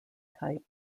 type